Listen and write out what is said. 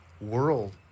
world